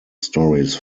stories